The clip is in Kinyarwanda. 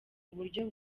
uburyo